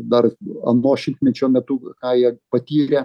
dar ano šimtmečio metu ką jie patyrė